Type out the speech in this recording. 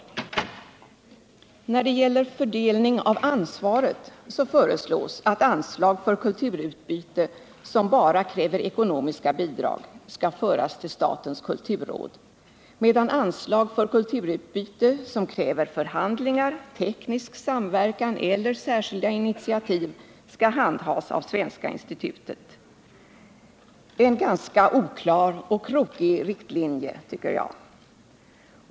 å När det gäller fördelning av ansvaret föreslås att anslag för kulturutbyte som bara kräver ekonomiska bidrag skall föras till statens kulturråd, medan anslag för kulturutbyte som kräver förhandlingar, teknisk samverkan eller särskilda initiativ skall handhas av Svenska institutet. Det är en ganska oklar och krokig riktlinje, tycker jag.